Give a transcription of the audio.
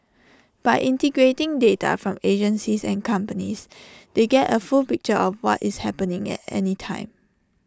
by integrating data from agencies and companies they get A full picture of what is happening at any time